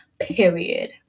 Period